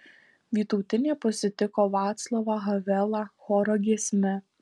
vytautinė pasitiko vaclavą havelą choro giesme